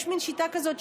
יש מין שיטה כזאת,